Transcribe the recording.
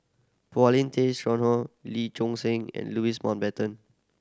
Paulin Tay Lee Choon Seng and Louis Mountbatten